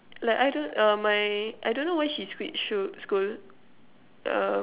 like I don't um my I don't know why she switch school school um